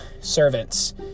servants